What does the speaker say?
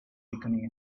becoming